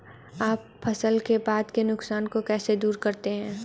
आप फसल के बाद के नुकसान को कैसे दूर करते हैं?